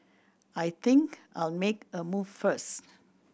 I think I'll make a move first